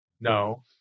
No